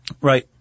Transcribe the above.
Right